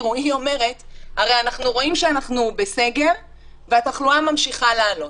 היא אומרת: הרי אנחנו רואים שאנחנו בסגר והתחלואה ממשיכה לעלות.